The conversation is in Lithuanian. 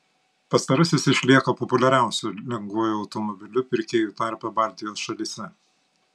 pastarasis išlieka populiariausiu lengvuoju automobiliu pirkėjų tarpe baltijos šalyse